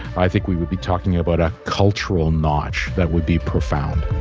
i think we would be talking about a cultural notch that would be profound